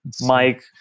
mike